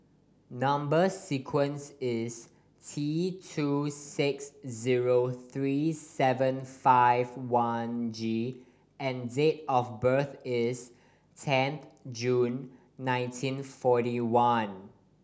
number sequence is T two six zero three seven five one G and date of birth is ten June nineteen forty one